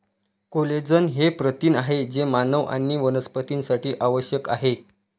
collagen हे प्रथिन आहे जे मानव आणि वनस्पतींसाठी आवश्यक आहे